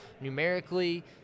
numerically